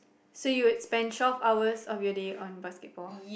so you would spend twelve hours of your day on basketball